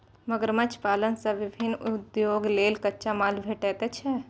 मगरमच्छ पालन सं विभिन्न उद्योग लेल कच्चा माल भेटै छै